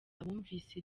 abumvise